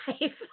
life